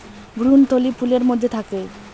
ভ্রূণথলি ফুলের মধ্যে থাকে